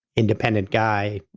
independent guy,